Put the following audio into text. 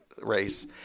race